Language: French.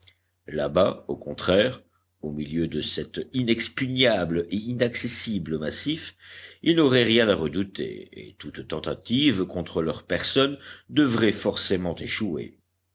là-bas au contraire au milieu de cet inexpugnable et inaccessible massif ils n'auraient rien à redouter et toute tentative contre leurs personnes devrait forcément échouer